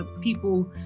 people